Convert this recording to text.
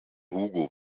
hugo